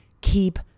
keep